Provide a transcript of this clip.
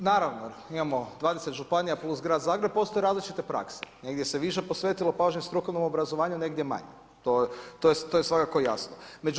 Pa da, naravno imamo 20 županija plus Grad Zagreb, postoje različite prakse, negdje se više posvetilo pažnje strukovnom obrazovanju, negdje manje, to je svakako jasno.